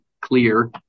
clear